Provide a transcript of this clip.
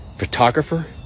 Photographer